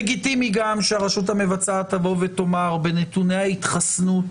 לגיטימי גם שהרשות המבצעת תאמר שבנתוני ההתחסנות